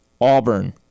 Auburn